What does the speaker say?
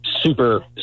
super